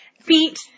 feet